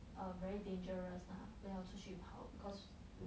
err very dangerous lah 不要出去跑 because